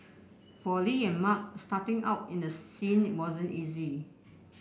for Li and Mark starting out in the scene wasn't easy